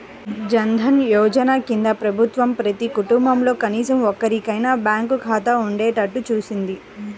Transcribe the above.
జన్ ధన్ యోజన కింద ప్రభుత్వం ప్రతి కుటుంబంలో కనీసం ఒక్కరికైనా బ్యాంకు ఖాతా ఉండేట్టు చూసింది